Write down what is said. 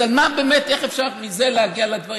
אז איך אפשר מזה להגיע לדברים?